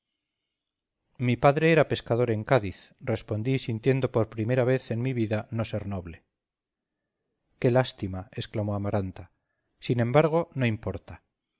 mi padre era pescador en cádiz respondí sintiendo por primera vez en mi vida no ser noble qué lástima exclamó amaranta sin embargo no importa